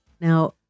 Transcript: Now